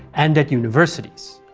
and at universities.